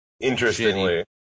interestingly